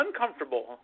Uncomfortable